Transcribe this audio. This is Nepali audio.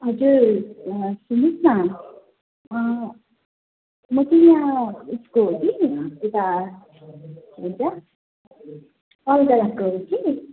हजुर सुन्नुहोस् न म चाहिँ यहाँ उसको हो कि यता के भन्छ अलगढाको हो कि